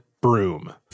broom